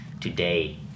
today